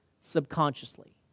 subconsciously